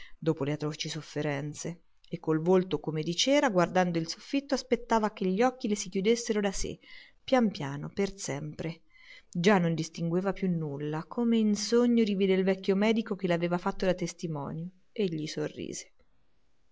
dopo le atroci sofferenze e col volto come di cera guardando il soffitto aspettava che gli occhi le si chiudessero da sé pian piano per sempre già non distingueva più nulla come in sogno rivide il vecchio medico che le aveva fatto da testimonio e gli sorrise